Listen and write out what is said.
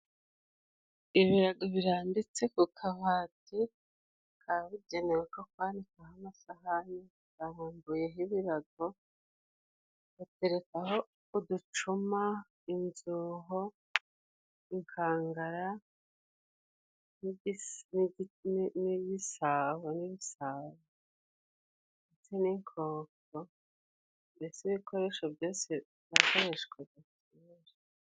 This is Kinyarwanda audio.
Ibirago birambitse ku kabati kabugenewe ko kwanikaho amasahani barambuyeho ibirago baterekaho uducuma, inzuho, inkangara n'ibisabo ndetse n'inkoko, mbese ibikoresho byose byakoreshwaga kera.